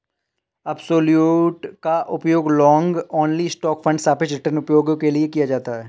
absolute का उपयोग long only stock fund सापेक्ष रिटर्न उपायों के लिए किया जाता है